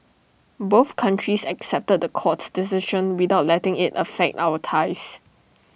both countries accepted the court's decision without letting IT affect our ties